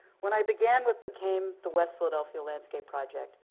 when i began what became the west philadelphia landscape project,